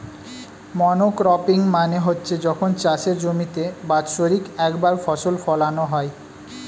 monocropping মানে হচ্ছে যখন চাষের জমিতে বাৎসরিক একবার ফসল ফোলানো হয়